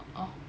oh